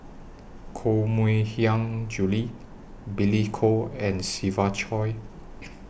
Koh Mui Hiang Julie Billy Koh and Siva Choy